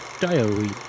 diary